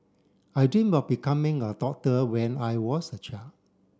I dream of becoming a doctor when I was a child